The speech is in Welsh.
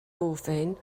ofyn